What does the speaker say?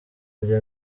njye